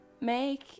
Make